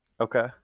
Okay